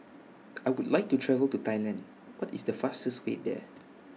I Would like to travel to Thailand What IS The fastest Way There